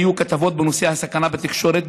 היו כתבות בנושא הסכנה בתקשורת,